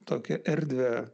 tokią erdvę